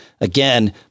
Again